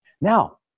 Now